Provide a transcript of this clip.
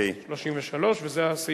הגנת הצרכן, בבקשה, אדוני,